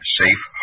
safe